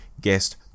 guest